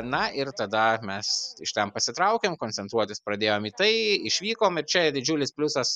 na ir tada mes iš ten pasitraukėm koncentruotis pradėjom į tai išvykom ir čia didžiulis pliusas